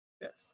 Yes